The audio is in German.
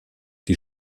die